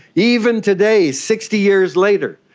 even today, sixty years later,